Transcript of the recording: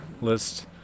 list